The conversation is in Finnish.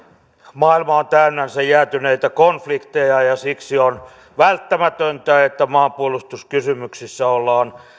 maailma on täynnänsä jäätyneitä konflikteja ja siksi on välttämätöntä että maanpuolustuskysymyksissä ollaan